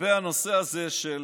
לגבי הנושא הזה.